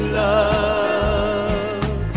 love